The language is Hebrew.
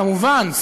כמובן.